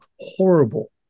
horrible